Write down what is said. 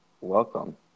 Welcome